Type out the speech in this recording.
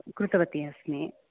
कृतवती अस्मि